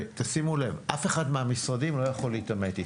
תשימו לב, אף אחד מהמשרדים לא יכול להתעמת איתם.